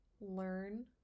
learn